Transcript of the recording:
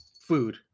food